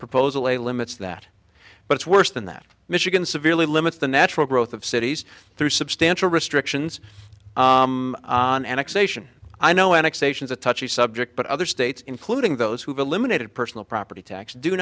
proposal a limits that but it's worse than that michigan severely limits the natural growth of cities through substantial restrictions on annexation i know annexations a touchy subject but other states including those who've eliminated personal property tax do